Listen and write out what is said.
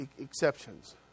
exceptions